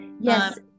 Yes